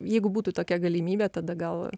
jeigu būtų tokia galimybė tada gal